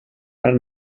parc